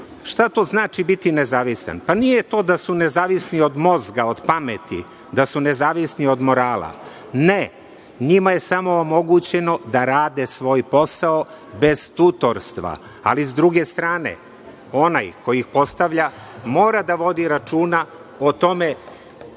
Šta to znači biti nezavistan? Pa, nije to da su nezavisni od mozga, od pameti, da su nezavisni od morala. Ne, njima je samo omogućeno da rade svoj posao bez tutorstva.S druge strane, onaj koji ih postavlja mora da vodi računa o tome